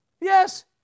Yes